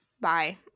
Bye